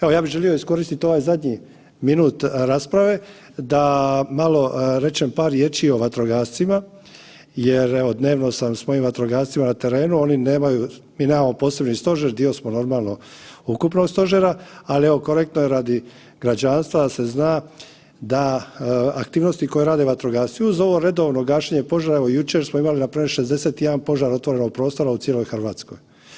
Evo ja bih želio iskoristiti ovaj zadnji minut rasprave da malo rečem par riječi o vatrogascima jer evo dnevno sam s mojim vatrogascima na terenu, mi nemamo posebni stožer dio smo normalno ukupnog stožera, ali evo korektno je radi građanstva da se zna da aktivnosti koje rade vatrogasci uz ovo redovno gašenje požara evo jučer smo imali npr. 61 požar otvorenog prostora u cijeloj Hrvatskoj.